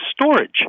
storage